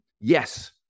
Yes